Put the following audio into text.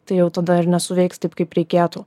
tai jau tada ir nesuveiks taip kaip reikėtų